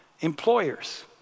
Employers